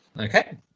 Okay